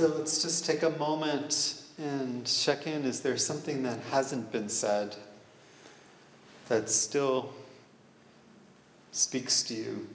let's just take a moment and second is there something that hasn't been said that still speaks